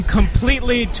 completely